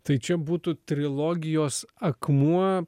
tai čia būtų trilogijos akmuo